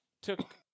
took